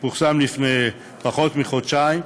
שפורסם לפני פחות מחודשיים,